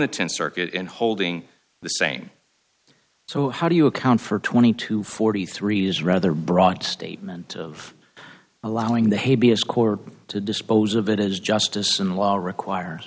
the tenth circuit in holding the same so how do you account for twenty to forty three is rather broad statement of allowing the hey be a score to dispose of it as justice in law requires